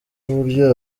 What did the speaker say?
n’uburyo